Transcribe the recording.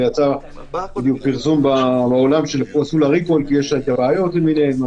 יצא פרסום בעולם שעושים לה recall כי יש איתה בעיות למיניהן,